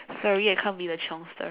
sorry I can't be the chiongster